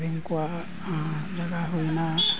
ᱟᱫᱤᱢ ᱠᱚᱣᱟᱜ ᱡᱟᱜᱟ ᱦᱩᱭᱮᱱᱟ ᱦᱩᱭᱮᱱᱟ